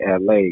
LA